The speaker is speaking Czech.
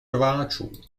rváčů